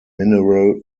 mineral